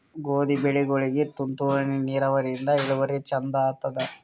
ಗೋಧಿ ಬೆಳಿಗೋಳಿಗಿ ತುಂತೂರು ನಿರಾವರಿಯಿಂದ ಇಳುವರಿ ಚಂದ ಆತ್ತಾದ?